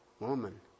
Woman